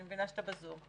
אני מבינה שאתה בזום.